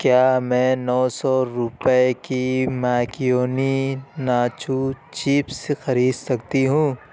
کیا میں نو سو روپے کی ماکینو ناچو چپس خرید سکتی ہوں